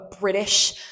British